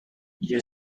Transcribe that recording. you